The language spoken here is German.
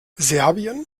serbien